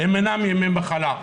הם אינם ימי מחלה.